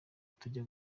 tukajya